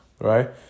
right